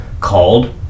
called